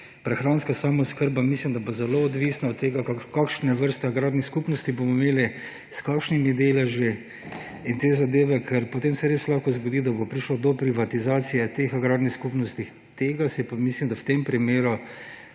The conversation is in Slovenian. Prehranske samooskrba mislim, da bo zelo odvisna od tega, kakšne vrste agrarnih skupnosti bomo imeli, s kakšnimi deleži, ker potem se res lahko zgodi, da bo prišlo do privatizacije teh agrarnih skupnosti, tega si pa mislim, da v tem primeru,